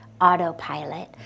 autopilot